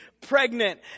pregnant